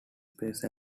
space